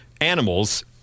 animals